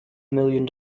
million